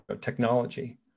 technology